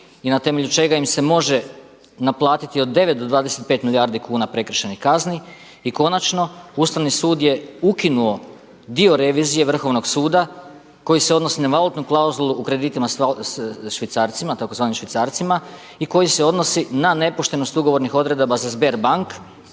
i na temelju čega im se može naplatiti od 9 do 25 milijardi kuna prekršajnih kazni. I konačno, Ustavni sud je ukinuo dio revizije Vrhovnog suda koji se odnosi na valutnu klauzulu u kreditima švicarcima, tzv. švicarcima i koji se odnosi na nepoštenost ugovornih odredaba sa Sberbank